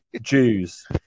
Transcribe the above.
Jews